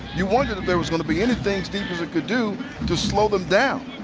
you wondered if there was going to be anything stephenson can do to slow them down.